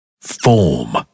Form